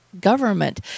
government